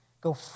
go